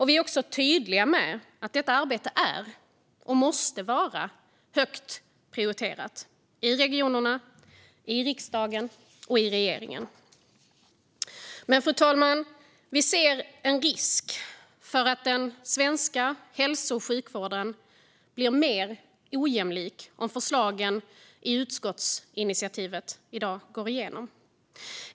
Vi är också tydliga med att detta arbete är, och måste vara, högt prioriterat - i regionerna, i riksdagen och i regeringen. Fru talman! Vi ser också en risk för att den svenska hälso och sjukvården blir mer ojämlik om förslagen i utskottsinitiativet går igenom.